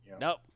Nope